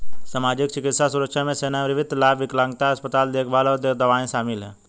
सामाजिक, चिकित्सा सुरक्षा में सेवानिवृत्ति लाभ, विकलांगता, अस्पताल देखभाल और दवाएं शामिल हैं